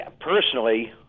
personally